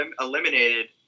eliminated